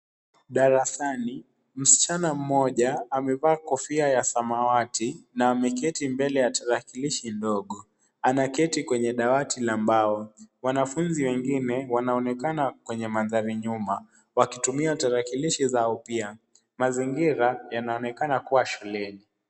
Darasani, msichana mmoja amevaa ya samawati na ameketi mbele ya tarakilishi ndogo. Anaketi kwenye dawati la mbao. Wanafunzi wengine wanaonekana kwenye mandhari nyuma wakitumia tarakilishi zao pia. Mazingira yanaonekana kuwa shuleni.